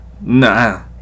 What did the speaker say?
nah